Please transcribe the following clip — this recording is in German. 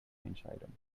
entscheidung